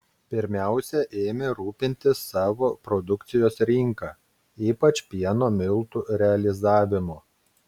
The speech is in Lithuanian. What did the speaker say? pirmiausia ėmė rūpintis savo produkcijos rinka ypač pieno miltų realizavimu